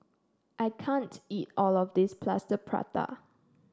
I can't eat all of this Plaster Prata